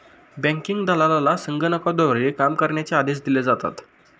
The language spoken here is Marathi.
बँकिंग दलालाला संगणकाद्वारे काम करण्याचे आदेश दिले जातात